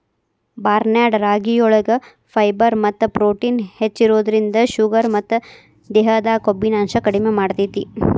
barnyard ರಾಗಿಯೊಳಗ fibre ಮತ್ತ protein ಹೆಚ್ಚಿರೋದ್ರಿಂದ ಶುಗರ್ ಮತ್ತ ದೇಹದಾಗ ಕೊಬ್ಬಿನಾಂಶ ಕಡಿಮೆ ಮಾಡ್ತೆತಿ